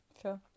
Sure